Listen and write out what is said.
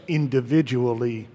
individually